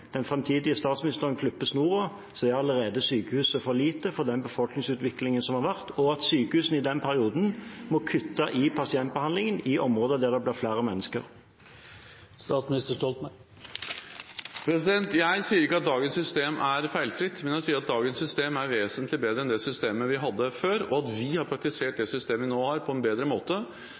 den framtidige statsministeren klipper snoren, er allerede sykehuset for lite for den befolkningsutviklingen som har vært, og at sykehusene i den perioden må kutte i pasientbehandlingen i områder der det blir flere mennesker? Jeg sier ikke at dagens system er feilfritt. Jeg sier at dagens system er vesentlig bedre enn det systemet vi hadde før, og at vi har praktisert det systemet vi nå har, på en bedre måte.